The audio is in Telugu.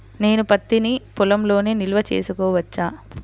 నేను పత్తి నీ పొలంలోనే నిల్వ చేసుకోవచ్చా?